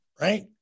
right